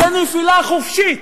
זו נפילה חופשית.